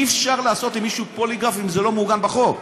אי-אפשר לעשות למישהו פוליגרף אם זה לא מעוגן בחוק.